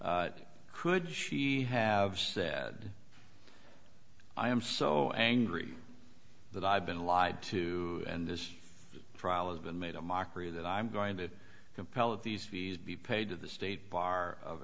could she have said i am so angry that i've been lied to and this trial has been made a mockery that i'm going to compel of these fees be paid to the state bar of